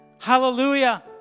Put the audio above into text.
hallelujah